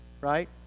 right